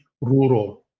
rural